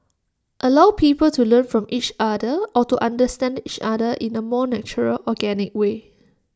allow people to learn from each other or to understand each other in A more natural organic way